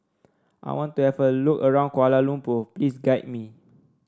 I want to have a look around Kuala Lumpur please guide me